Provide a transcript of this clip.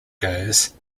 goes